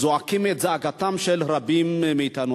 זועקים את זעקתם של רבים מאתנו.